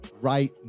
right